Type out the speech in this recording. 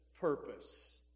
purpose